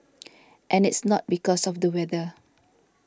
and it's not because of the weather